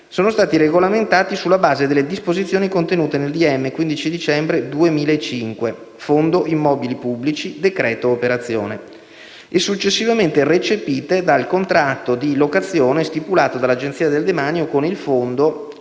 sono stati regolamentati sulla base delle disposizioni contenute nel decreto ministeriale 15 dicembre 2005, (Fondo immobili pubblici: decreto operazione) e successivamente recepite dal contratto di locazione stipulato dall'Agenzia del demanio con il Fondo e dai